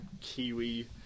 Kiwi